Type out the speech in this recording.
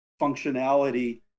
functionality